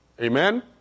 Amen